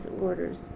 orders